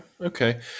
Okay